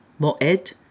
Moed